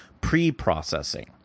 pre-processing